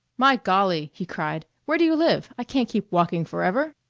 my golly! he cried, where do you live? i can't keep walking forever.